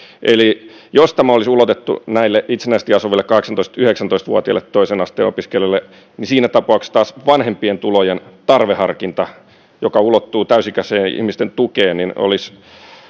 eli jos tämä olisi ulotettu itsenäisesti asuville kahdeksantoista viiva yhdeksäntoista vuotiaille toisen asteen opiskelijoille niin siinä tapauksessa taas vanhempien tulojen tarveharkinta joka ulottuu täysi ikäisten ihmisten tukeen olisi